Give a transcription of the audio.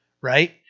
right